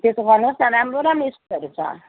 त्यसो गर्नुहोस् राम्रो राम्रो स्कुलहरू छ